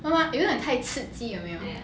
妈妈有点太刺激有没有